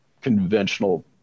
conventional